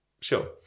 sure